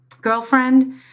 girlfriend